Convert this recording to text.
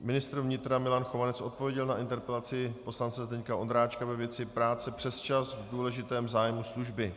Ministr vnitra Milan Chovanec odpověděl na interpelaci poslance Zdeňka Ondráčka ve věci práce přesčas v důležitém zájmu služby.